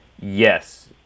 Yes